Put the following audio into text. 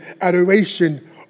adoration